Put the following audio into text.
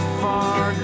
far